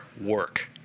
work